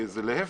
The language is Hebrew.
להיפך,